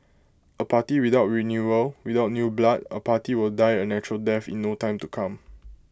A party without renewal without new blood A party will die A natural death in no time to come